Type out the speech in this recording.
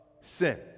sin